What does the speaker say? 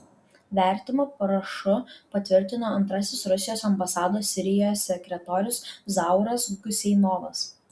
vertimą parašu patvirtino antrasis rusijos ambasados sirijoje sekretorius zauras guseinovas